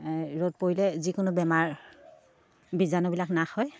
ৰ'দ পৰিলে যিকোনো বেমাৰ বীজাণুবিলাক নাশ হয়